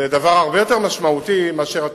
זה דבר הרבה יותר משמעותי מאשר התחבורה.